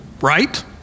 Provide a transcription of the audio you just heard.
right